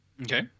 okay